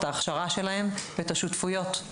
את ההכשרה שלהם ואת השותפויות.